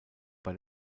bei